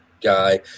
guy